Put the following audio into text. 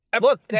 Look